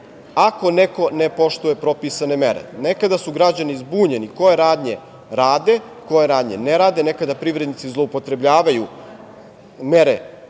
ako neko ne poštuje propisane mere? Nekada su građani zbunjeni koje radnje rade, koje radnje ne rade. Nekada privrednici zloupotrebljavaju mere